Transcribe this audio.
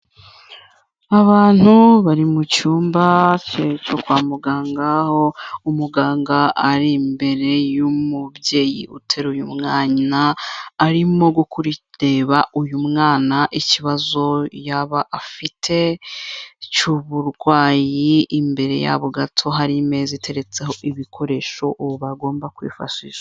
Abantu bari mu cyumba cyo kwa muganga, aho umuganga ari imbere y'umubyeyi uteruye mwana arimo kureba uyu mwana ikibazo yaba afite cy'uburwayi, imbere yabo gato hari imeza iteretseho ibikoresho ubu bagomba kwifashisha.